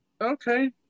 Okay